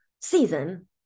season